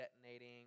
detonating